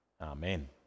Amen